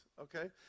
okay